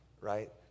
right